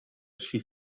she